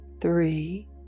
three